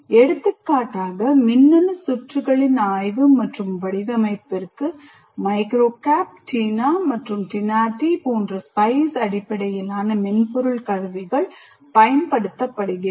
எடுத்துக்காட்டாக மின்னணு சுற்றுகளின் ஆய்வு மற்றும் வடிவமைப்பிற்கு MICROCAP TINA மற்றும் TINATI போன்ற SPICE அடிப்படையிலான மென்பொருள் கருவிகள் பயன்படுத்தப்படுகின்றன